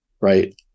Right